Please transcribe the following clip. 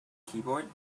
keyboard